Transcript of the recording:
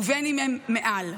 ובין אם הם מעל,